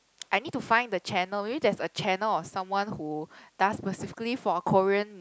I need to find the channel maybe there's a channel of someone who does specifically for Korean